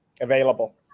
available